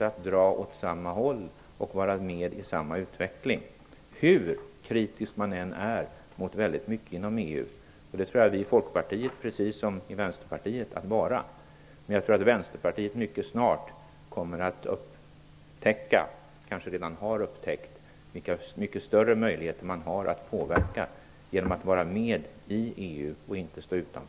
att dra åt samma håll och att vara med i samma utveckling. Hur kritisk man än är mot väldigt mycket inom EU - och det kan vi inom Folkpartiet vara, precis som man är inom Vänsterpartiet - tror jag att Vänsterpartiet mycket snart kommer att upptäcka, eller kanske redan har upptäckt, vilka mycket större möjligheter man har att påverka genom att vara med i EU och inte stå utanför.